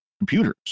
computers